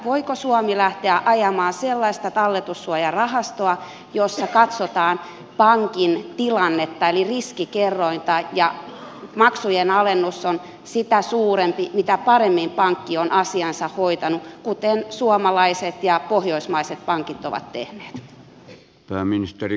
voiko suomi lähteä ajamaan sellaista talletussuojarahastoa jossa katsotaan pankin tilannetta eli riskikerrointa ja maksujen alennus on sitä suurempi mitä paremmin pankki on asiansa hoitanut kuten suomalaiset ja pohjoismaiset pankit ovat tehneet